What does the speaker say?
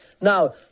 Now